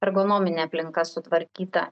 ergonominė aplinka sutvarkyta